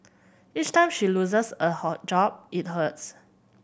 each time she loses a hot job it hurts